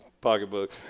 pocketbook